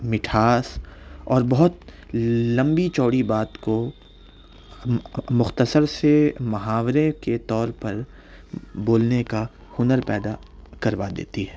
مٹھاس اور بہت لمبی چوڑی بات کو مختصر سے محاورے کے طور پر بولنے کا ہنر پیدا کروا دیتی ہے